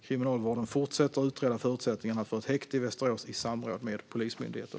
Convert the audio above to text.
Kriminalvården fortsätter utreda förutsättningarna för ett häkte i Västerås i samråd med Polismyndigheten.